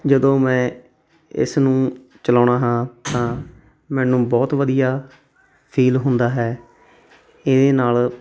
ਜਦੋਂ ਮੈਂ ਇਸ ਨੂੰ ਚਲਾਉਂਦਾ ਹਾਂ ਤਾਂ ਮੈਨੂੰ ਬਹੁਤ ਵਧੀਆ ਫੀਲ ਹੁੰਦਾ ਹੈ ਇਹਦੇ ਨਾਲ